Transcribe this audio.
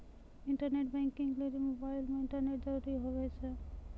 internet banking लेली mobile मे internet जरूरी हुवै छै